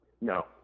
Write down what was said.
No